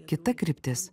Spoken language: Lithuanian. kita kryptis